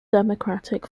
democratic